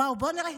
וואו, בוא נראה.